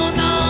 no